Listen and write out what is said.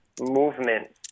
movement